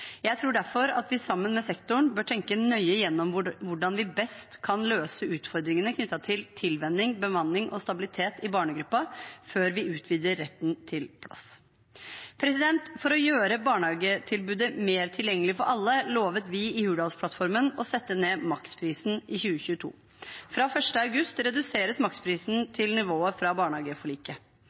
Jeg tror derfor at vi sammen med sektoren bør tenke nøye gjennom hvordan vi best kan løse utfordringene knyttet til tilvenning, bemanning og stabilitet i barnegruppen før vi utvider retten til plass. For å gjøre barnehagetilbudet mer tilgjengelig for alle lovet vi i Hurdalsplattformen å sette ned maksprisen i 2022. Fra 1. august reduseres maksprisen til nivået fra barnehageforliket.